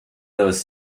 those